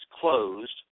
closed